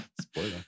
Spoiler